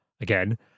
again